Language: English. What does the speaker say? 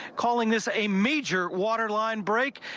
calling this a major waterline break,